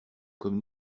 comme